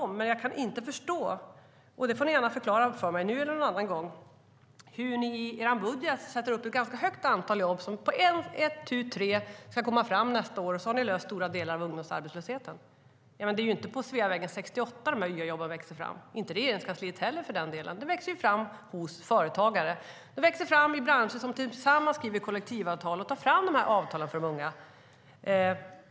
Men jag kan inte förstå - det får ni gärna förklara för mig nu eller någon annan gång - hur ni i er budget sätter upp ett ganska stort antal jobb som ett tu tre ska komma fram nästa år, och så har ni klarat av stora delar av ungdomsarbetslösheten! Det är ju inte på Sveavägen 68 som YA-jobben växer fram och för den delen inte heller i Regeringskansliet. De växer fram hos företagare. De växer fram i branscher som tillsammans skriver kollektivavtal och tar fram de avtalen för de unga.